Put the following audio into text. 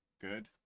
good